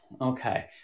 Okay